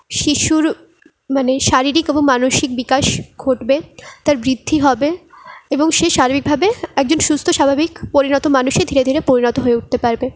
শিশুর মানে শারীরিক এবং মানসিক বিকাশ ঘটবে তার বৃদ্ধি হবে এবং সে শারীরিকভাবে একজন সুস্থ স্বাভাবিক পরিণত মানুষে ধীরে ধীরে পরিণত হয়ে উঠতে পারবে